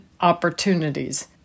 opportunities